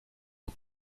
aux